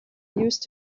used